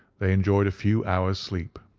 they enjoyed a few hours' sleep.